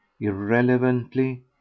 irrelevantly